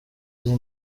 wise